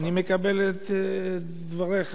אני מקבל את דבריך.